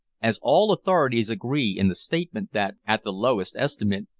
as all authorities agree in the statement that, at the lowest estimate,